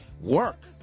Work